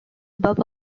bob